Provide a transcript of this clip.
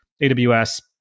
AWS